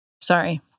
Sorry